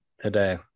today